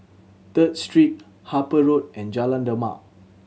Third Street Harper Road and Jalan Demak